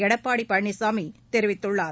எடப்பாடி பழனிசாமி தெரிவித்துள்ளார்